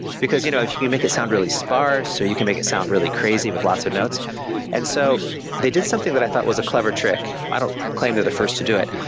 because you know if you make it sound really sparse, or you can make it sound really crazy with lots of notes and so they did something that i thought was a clever trick. i don't claim the first to do it.